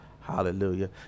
Hallelujah